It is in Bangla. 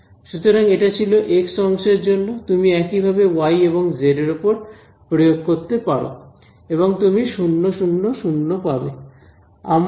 সুতরাং এটা ছিল এক্স অংশের জন্য তুমি একইভাবে ওয়াই এবং জেড এর ওপর প্রয়োগ করতে পারো এবং তুমি 0 0 0 পাবে